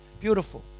Beautiful